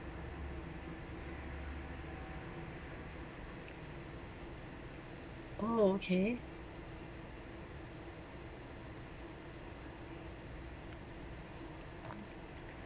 oh okay